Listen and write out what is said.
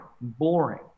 boring